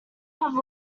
have